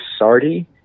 Sardi